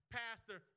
pastor